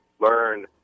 learn